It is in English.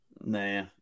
Nah